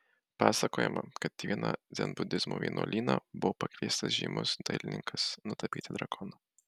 pasakojama kad į vieną dzenbudizmo vienuolyną buvo pakviestas žymus dailininkas nutapyti drakono